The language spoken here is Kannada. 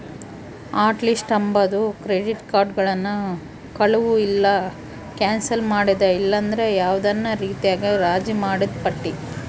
ಹಾಟ್ ಲಿಸ್ಟ್ ಅಂಬಾದು ಕ್ರೆಡಿಟ್ ಕಾರ್ಡುಗುಳ್ನ ಕಳುವು ಇಲ್ಲ ಕ್ಯಾನ್ಸಲ್ ಮಾಡಿದ ಇಲ್ಲಂದ್ರ ಯಾವ್ದನ ರೀತ್ಯಾಗ ರಾಜಿ ಮಾಡಿದ್ ಪಟ್ಟಿ